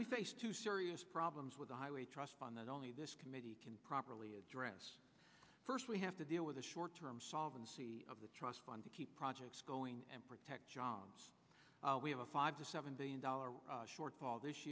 we face to serious problems with the highway trust fund that only this committee can properly address first we have to deal with the short term solvency of the trust fund to keep projects going and protect jobs we have a five to seven billion dollars shortfall this